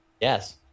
Yes